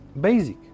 Basic